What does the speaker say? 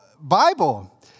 Bible